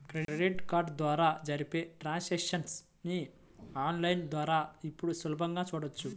credit card ద్వారా జరిపే transactions ని ఆన్ లైన్ లో ఇప్పుడు సులభంగా చూడొచ్చు